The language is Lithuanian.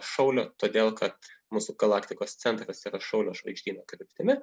šaulio todėl kad mūsų galaktikos centras yra šaulio žvaigždyno kryptimi